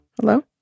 hello